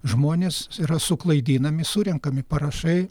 žmonės yra suklaidinami surenkami parašai